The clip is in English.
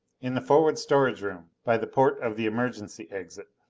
in the forward storage room, by the port of the emergency exit.